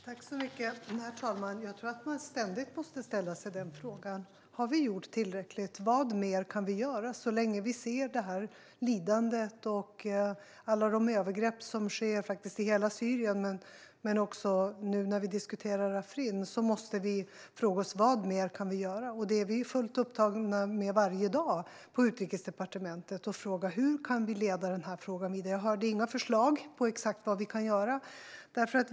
Herr talman! Jag tror att man ständigt måste ställa sig den frågan: Har vi gjort tillräckligt? Vad mer kan vi göra? Så länge vi ser lidandet och alla övergrepp som sker i hela Syrien men också nu när vi diskuterar Afrin måste vi fråga oss: Vad mer kan vi göra? Vi är fullt upptagna varje dag på Utrikesdepartementet med att fråga: Hur kan vi leda frågan vidare? Jag hörde inga förslag på exakt vad vi kan göra.